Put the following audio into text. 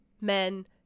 men